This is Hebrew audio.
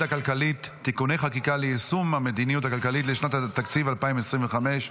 הכלכלית (תיקוני חקיקה ליישום המדיניות הכלכלית לשנת התקציב 2025),